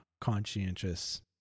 conscientious